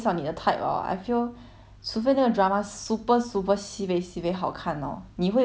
除非那个 drama super super sibei sibei 好看 orh 你会 within one week 你就会看完那种